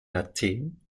athen